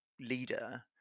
leader